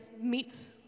meets